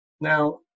now